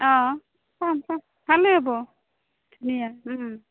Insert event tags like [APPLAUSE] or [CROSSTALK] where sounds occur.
অঁ [UNINTELLIGIBLE] ভালে হব ধুনীয়া [UNINTELLIGIBLE]